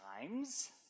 times